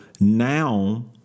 now